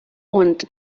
und